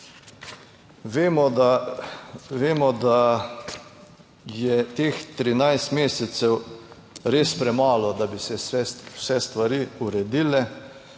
Vemo, da je teh 13 mesecev res premalo, da bi se vse stvari uredile,